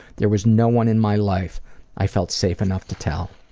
there was no one in my life i felt safe enough to tell.